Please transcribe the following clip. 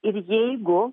ir jeigu